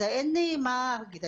אז אין לי מה להגיד.